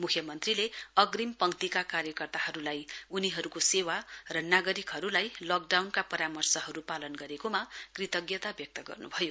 मुख्यमन्त्रीले अग्रिम पंक्तिका कार्यकर्ताहरुलाई उनीहरुको सेवा र नागरिकहरुलाई लकडाउनका परामर्शहरु पालन गरिएकोमा कृतज्ञता व्यक्त गर्नुभयो